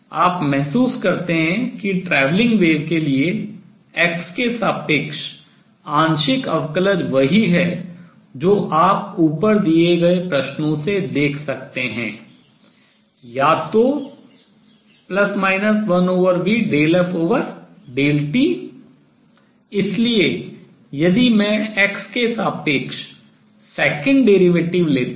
आप महसूस करते हैं कि travelling wave प्रगामी तरंग के लिए x के सापेक्ष आंशिक अवकलज वही है जो आप ऊपर दिए गए प्रश्नों से देख सकते हैं या तो 1v∂f∂t इसलिए यदि मैं x के सापेक्ष second derivative द्वितीय अवकलन लेता हूँ